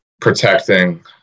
protecting